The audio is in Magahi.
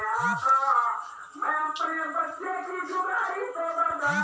खेतत बिच्ची छिटवार बादे चंघू ने माटी बराबर करे दियाल जाछेक